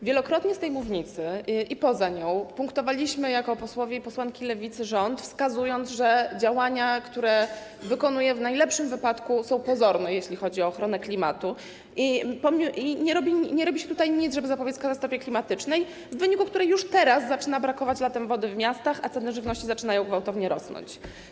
Wielokrotnie z tej mównicy i poza nią punktowaliśmy jako posłowie i posłanki Lewicy rząd, wskazując, że działania, które podejmuje, w najlepszym wypadku są pozorne, jeśli chodzi o ochronę klimatu, i nie robi się tutaj nic, żeby zapobiec katastrofie klimatycznej, w wyniku której już teraz zaczyna brakować latem wody w miastach, a ceny żywności zaczynają gwałtownie rosnąć.